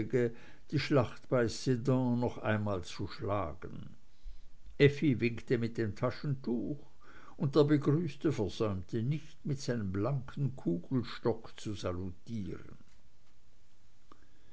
die schlacht bei sedan noch einmal zu schlagen effi winkte mit dem taschentuch und der begrüßte versäumte nicht mit seinem blanken kugelstock zu salutieren